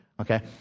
okay